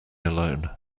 alone